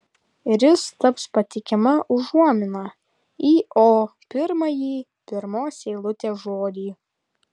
ir jis taps patikima užuomina į o pirmąjį pirmos eilutės žodį